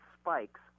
spikes